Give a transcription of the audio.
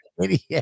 idiot